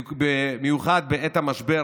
במיוחד בעת המשבר.